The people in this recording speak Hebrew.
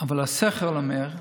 אבל השכל אומר,